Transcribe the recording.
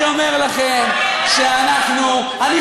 אני אומר לכם שאנחנו, הצעת חוק כזאת יפה?